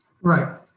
Right